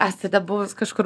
esate buvus kažkur